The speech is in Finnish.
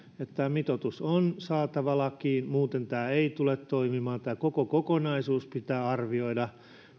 mitoitus on saatava lakiin muuten tämä ei tule toimimaan tämä koko kokonaisuus pitää arvioida